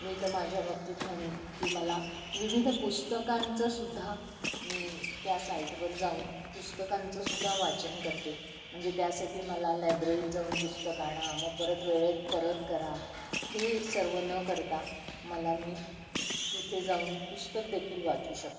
मी तर माझ्या बाबतीत म्हणेन की मला विविध पुस्तकांचंसुद्धा मी त्या साईटवर जाऊन पुस्तकांचंसुद्धा वाचन करते म्हणजे त्यासाठी मला लायब्ररीत जाऊन पुस्तक आणा मग परत वेळेत परत करा हे सर्व न करता मला मी तिथे जाऊन पुस्तकदेखील वाचू शकतो